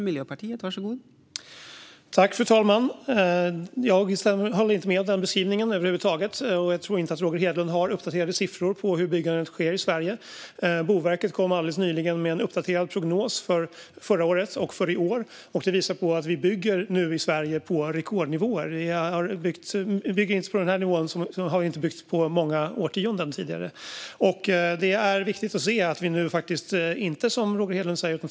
Fru talman! Jag håller inte med om den beskrivningen över huvud taget. Jag tror inte att Roger Hedlund har uppdaterade siffror på hur byggandet sker i Sverige. Boverket kom alldeles nyligen med en uppdaterad prognos för förra året och för i år. Det visar att vi nu bygger i Sverige på rekordnivåer. Det har inte byggts på den här nivån på många årtionden tidigare. Det är viktigt att se att vi nu inte bygger som Roger Hedlund säger.